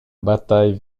bataille